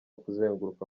kuzenguruka